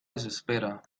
desespera